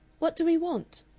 what do we want?